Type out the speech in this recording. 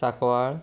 Sancoale